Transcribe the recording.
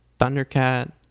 Thundercat